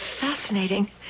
fascinating